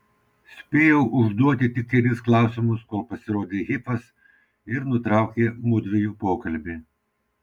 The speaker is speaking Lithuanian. spėjau užduoti tik kelis klausimus kol pasirodė hifas ir nutraukė mudviejų pokalbį